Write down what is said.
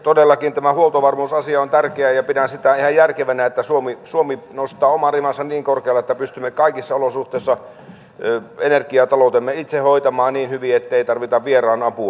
todellakin tämä huoltovarmuusasia on tärkeä ja pidän sitä ihan järkevänä että suomi nostaa oman rimansa niin korkealle että pystymme kaikissa olosuhteissa energiataloutemme itse hoitamaan niin hyvin ettei tarvita vieraan apua